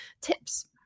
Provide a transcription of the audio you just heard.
tips